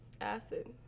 acid